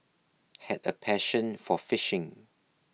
had a passion for fishing